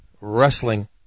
wrestling